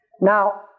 Now